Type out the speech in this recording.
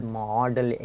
model